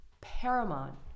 paramount